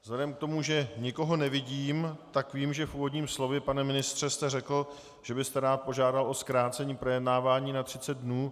Vzhledem k tomu, že nikoho nevidím tak vím, že v úvodním slově, pane ministře, jste řekl, že byste rád požádal o zkrácení projednávání na 30 dnů.